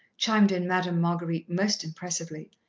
chimed in madame marguerite most impressively.